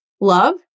love